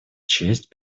честь